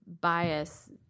bias